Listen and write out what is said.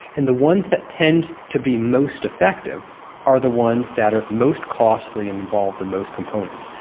and the ones that tend to be most effective are the ones that are most costly and involve the most components.